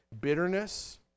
Bitterness